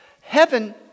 Heaven